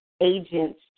agents